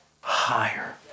higher